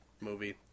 movie